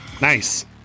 Nice